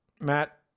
Matt